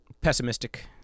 pessimistic